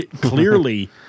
clearly